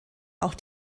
auch